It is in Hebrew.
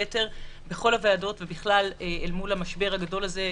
בכל הוועדות ובכלל אל מול המשבר הגדול הזה החברתי,